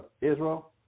Israel